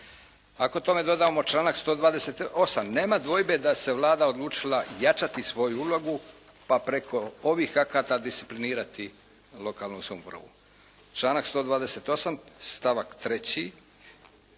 Ako tome dodamo članak 128. nema dvojbe da se Vlada odlučila jačati svoju ulogu pa preko ovih akata disciplinirati lokalnu samoupravu. Članak 128. stavak 3.